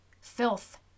Filth